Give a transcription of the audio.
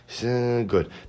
Good